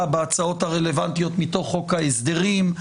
בהצעות הרלוונטיות מתוך חוק ההסדרים,